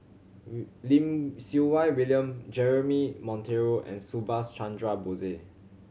Lim Siew Wai William Jeremy Monteiro and Subhas Chandra Bose